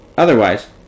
otherwise